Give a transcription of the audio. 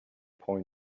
prends